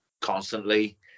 constantly